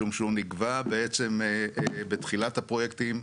משום שהוא נגבה בעצם בתחילת הפרויקטים.